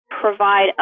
provide